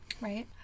Right